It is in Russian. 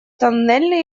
тоннельный